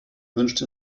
wünscht